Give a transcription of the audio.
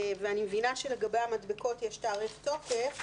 ואני מבינה שלגבי המדבקות יש תאריך תוקף.